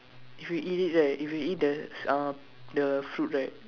if we eat it right if we eat the uh the fruit right